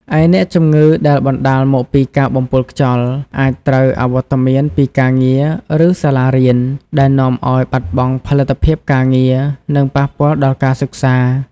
ឯអ្នកជំងឺដែលបណ្ដាលមកពីការបំពុលខ្យល់ អាចត្រូវអវត្តមានពីការងារ ឬសាលារៀន ដែលនាំឱ្យបាត់បង់ផលិតភាពការងារ និងប៉ះពាល់ដល់ការសិក្សា។